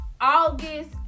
August